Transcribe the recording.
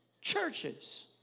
churches